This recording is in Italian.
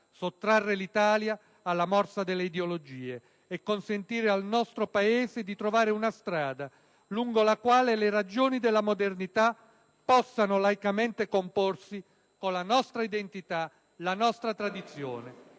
sottrarre l'Italia alla morsa delle ideologie e consentire al Paese di trovare una strada lungo la quale le ragioni della modernità possano laicamente comporsi con la nostra identità e la nostra tradizione